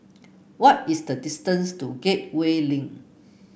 what is the distance to Gateway Link